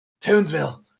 Toonsville